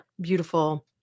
beautiful